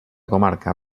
comarca